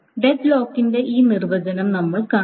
ഡെഡ്ലോക്കിന്റെ ഈ നിർവചനം നമ്മൾ കാണും